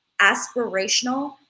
aspirational